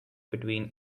between